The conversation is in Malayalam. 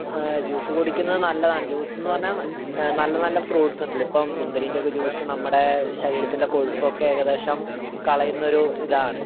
ജ്യൂസ് കുടിക്കുന്നത് നല്ലതാണ് ജ്യൂസ് എന്ന് പറഞ്ഞാൽ നല്ല നല്ല ഫ്രൂട്സ് ഉണ്ടല്ലോ ഇപ്പം മുന്തിരിൻ്റെയൊക്കെ ജ്യൂസ് ഇപ്പോൾ നമ്മുടെ ശരീരത്തിലെ കൊഴുപ്പൊക്കെ ഏകദേശം കളയുന്നൊരു ഇതാണ്